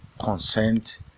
consent